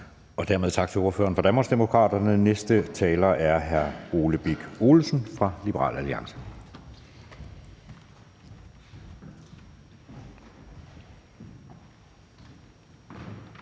Dermed tak til ordføreren fra Danmarksdemokraterne. Den næste taler er hr. Ole Birk Olesen fra Liberal Alliance.